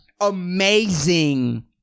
amazing